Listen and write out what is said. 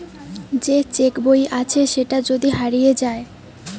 যে চেক বই আছে সেটা যদি হারিয়ে যায়